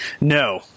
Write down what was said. no